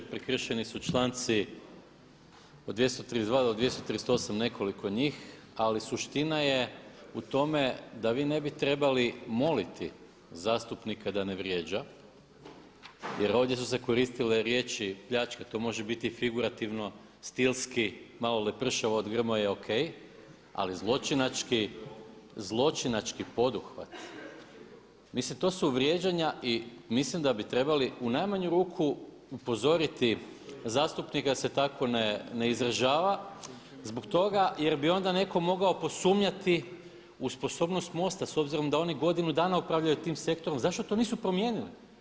Prekršeni su članci od 232. do 238., nekoliko njih, ali suština je u tome da vi ne bi trebali moliti zastupnika da ne vrijeđa, jer ovdje su se koristile riječi „pljačka“, to može biti figurativno, stilski, malo lepršavo od Grmoje, O.K, ali zločinački poduhvat, mislim to su vrijeđanja i mislim da bi trebali u najmanju ruku upozoriti zastupnika da se tako ne izražava zbog toga jer bi onda netko mogao posumnjati u sposobnost MOST-a, s obzirom da oni godinu dana upravljaju tim sektorom, zašto to nisu promijenili.